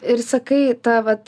ir sakai ta vat